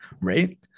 Right